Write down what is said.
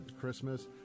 Christmas